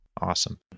Awesome